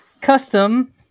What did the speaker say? custom